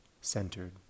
centered